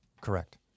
Correct